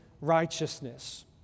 righteousness